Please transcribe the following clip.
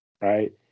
right